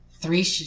Three